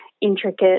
intricate